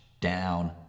down